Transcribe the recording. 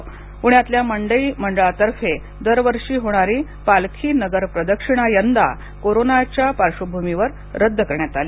मात्र पुण्यातल्या मंडई मंडळातर्फे दरवर्षी होणारी पालखी नगर प्रदक्षिणा यंदा कोरोनाच्या पार्श्वभूमीवर रद्द करण्यात आली